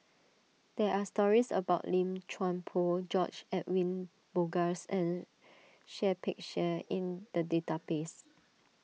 there are stories about Lim Chuan Poh George Edwin Bogaars and Seah Peck Seah in the database